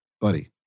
Buddy